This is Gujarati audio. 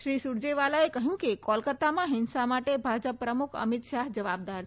શ્રી સૂરજેવાલાએ કહ્યું કે કોલકાતામાં હિંસા માટે ભાજપ પ્રમુખ અમીત શાહ જવાબદાર છે